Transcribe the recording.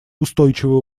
устойчивое